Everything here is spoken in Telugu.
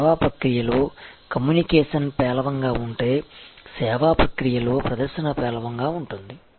సేవా ప్రక్రియలో కమ్యూనికేషన్ పేలవంగా ఉంటే సేవా ప్రక్రియలో ప్రదర్శన పేలవంగా ఉంటుంది